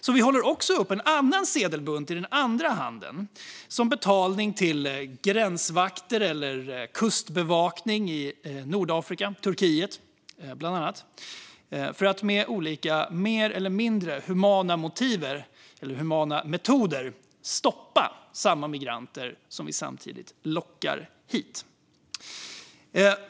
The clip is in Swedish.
Därför håller vi också upp en sedelbunt i den andra handen som betalning till gränsvakter eller kustbevakning i bland annat Nordafrika och Turkiet för att de med olika mer eller mindre humana metoder ska stoppa samma migranter som vi samtidigt lockar hit.